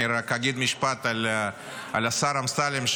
אני רק אגיד משפט על השר אמסלם,